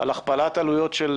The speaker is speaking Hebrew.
על הכפלת עלויות של